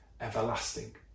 everlasting